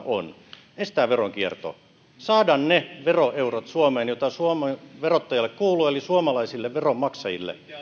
on estää veronkierto ja saada suomeen ne veroeurot jotka kuuluvat suomen verottajalle eli suomalaisille veronmaksajille